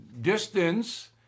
distance